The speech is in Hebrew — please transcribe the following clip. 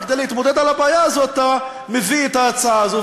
וכדי להתמודד עם הבעיה הזאת אתה מביא את ההצעה הזאת,